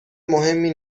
مهمی